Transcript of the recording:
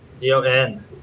d-o-n